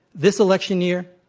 this election year,